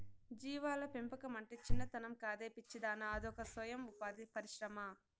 జీవాల పెంపకమంటే చిన్నతనం కాదే పిచ్చిదానా అదొక సొయం ఉపాధి పరిశ్రమ